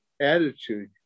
attitude